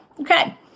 Okay